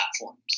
platforms